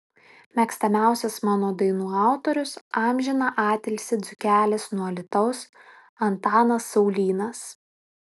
mėgstamiausias mano dainų autorius amžiną atilsį dzūkelis nuo alytaus antanas saulynas